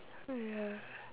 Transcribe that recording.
ya